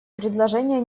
предложения